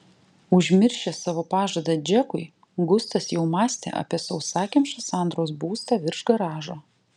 užmiršęs savo pažadą džekui gustas jau mąstė apie sausakimšą sandros būstą virš garažo